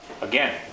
Again